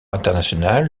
international